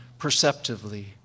perceptively